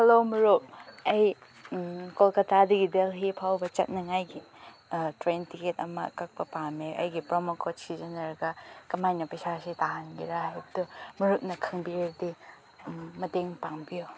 hello ꯃꯔꯨꯞ ꯑꯩ ꯀꯣꯜꯀꯇꯥꯗꯒꯤ ꯗꯦꯜꯍꯤꯐꯥꯎꯕ ꯆꯠꯅꯉꯥꯏꯒꯤ ꯇ꯭ꯔꯦꯟ ꯇꯤꯛꯀꯦꯠ ꯑꯃ ꯀꯛꯄ ꯄꯥꯝꯃꯦ ꯑꯩꯒꯤ ꯄ꯭ꯔꯣꯃꯣ ꯀꯣꯠ ꯁꯤꯖꯤꯟꯅꯔꯒ ꯀꯃꯥꯏꯅ ꯄꯩꯁꯥꯁꯤ ꯇꯥꯝꯒꯦꯔ ꯃꯔꯨꯞꯅ ꯈꯪꯕꯤꯔꯗꯤ ꯃꯇꯦꯡ ꯄꯥꯡꯕꯤꯌꯣ